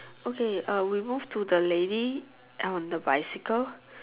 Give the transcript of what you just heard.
okay uh we move to the lady on the bicycle